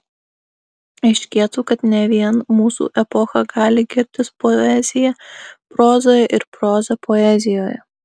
aiškėtų kad ne vien mūsų epocha gali girtis poezija prozoje ir proza poezijoje